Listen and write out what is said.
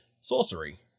sorcery